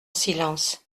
silence